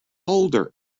older